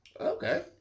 Okay